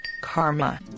karma